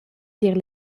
tier